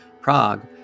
Prague